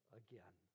again